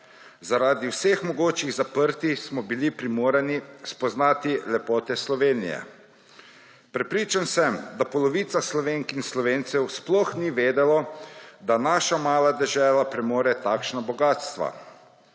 Zaradi vseh mogočih zaprtij smo bili primorani spoznati lepote Slovenije. Prepričan sem, da polovica Slovenk in Slovencev sploh ni vedelo, da naša mala dežela premore takšna bogastva.